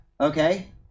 okay